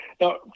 Now